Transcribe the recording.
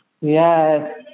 Yes